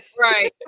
Right